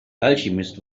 alchemist